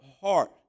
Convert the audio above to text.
heart